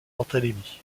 barthélémy